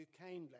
kindly